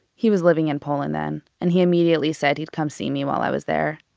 he was living in poland then, and he immediately said he'd come see me while i was there.